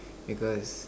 because